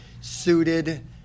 Suited